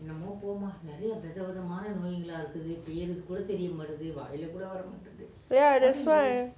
ya that's why